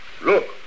Look